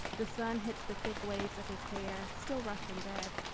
the sun hits the thick waves of his hair still rough from bed.